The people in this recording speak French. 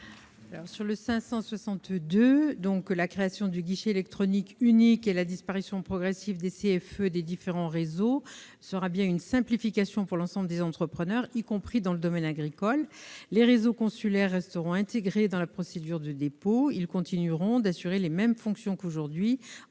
n° 562, la création du guichet électronique unique et la disparition progressive des CFE des différents réseaux constitueront une simplification pour l'ensemble des entrepreneurs, y compris dans le domaine agricole. Les réseaux consulaires resteront intégrés dans la procédure de dépôt et continueront d'assurer les mêmes fonctions qu'aujourd'hui